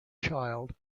child